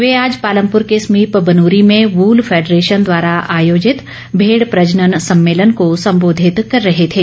वे आज पालमपुर के समीप बनूरी में वूल फेडरेान द्वारा आयोजित भेड़ प्रजनन सम्मेलन को संबोधित कर रहे थे